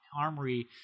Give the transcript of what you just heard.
Armory